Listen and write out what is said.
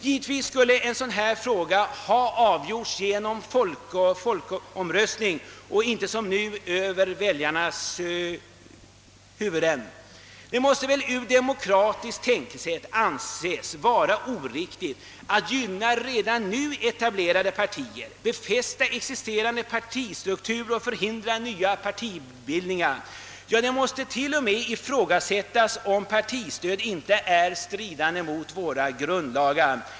Givetvis skulle en dylik fråga ha avgjorts genom folkomröstning och inte över väljarnas huvuden. Det måste ur demokratisk synpunkt anses oriktigt att gynna redan etablerade partier, befästa existerande partistruktur och förhindra nya partibildningar. Ja, det måste t.o.m. ifrågasättas, om partistöd inte strider mot våra grundlagar.